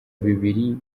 bibiri